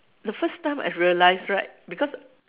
the first time I realised right because